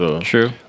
True